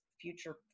future